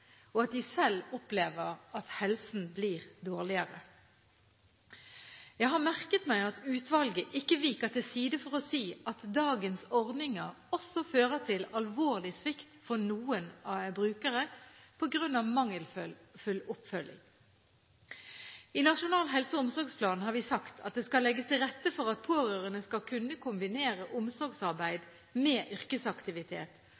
og at de selv opplever at helsen blir dårligere. Jeg har også merket meg at utvalget ikke viker til side for å si at dagens ordninger også fører til alvorlig svikt for noen brukere, på grunn av mangelfull oppfølging. I Nasjonal helse- og omsorgsplan har vi sagt at det skal legges til rette for at pårørende skal kunne kombinere